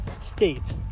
state